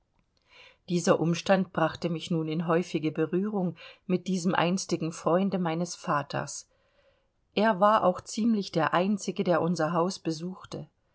dieser umstand brachte mich nun in häufige berührung mit diesem einstigen freunde meines vaters er war auch ziemlich der einzige der unser haus besuchte